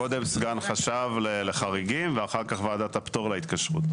קודם סגן חשב לחריגים ואחר כך ועדת הפטור להתקשרות.